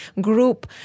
group